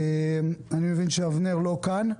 אני מבין שאבנר לא כאן.